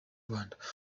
rwanda